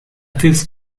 fifth